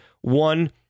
one